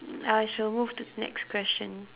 mm I shall move to the next question